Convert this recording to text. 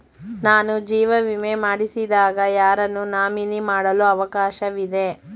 ನಾನು ಜೀವ ವಿಮೆ ಮಾಡಿಸಿದಾಗ ಯಾರನ್ನು ನಾಮಿನಿ ಮಾಡಲು ಅವಕಾಶವಿದೆ?